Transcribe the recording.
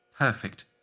perfect!